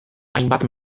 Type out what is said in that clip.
hainbat